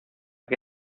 que